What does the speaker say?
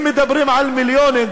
אם מדברים על מיליונים,